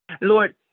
Lord